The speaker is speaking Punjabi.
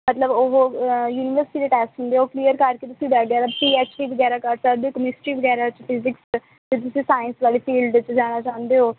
ਮਤਲਬ ਉਹ ਯੂਨੀਵਰਸਿਟੀ ਦੇ ਟੈਸਟ ਹੁੰਦੇ ਉਹ ਕਲੀਅਰ ਕਰਕੇ ਤੁਸੀਂ ਵਗੈਰਾ ਪੀ ਐਚ ਡੀ ਵਗੈਰਾ ਕਰ ਸਕਦੇ ਹੋ ਕੈਮਿਸਟਰੀ ਵਗੈਰਾ 'ਚ ਫਿਜਿਕਸ 'ਚ ਜੇ ਤੁਸੀਂ ਸਾਇੰਸ ਵਾਲੀ ਫੀਲਡ 'ਚ ਜਾਣਾ ਚਾਹੁੰਦੇ ਹੋ